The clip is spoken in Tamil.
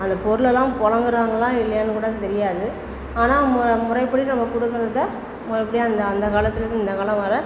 அந்த பொருளெல்லாம் புலங்கறாங்களா இல்லையான்னு கூட தெரியாது ஆனால் மொ முறைப்படி நம்ம கொடுக்கறத முறைப்படி அந்த அந்த காலத்திலேருந்து இந்த காலம் வரை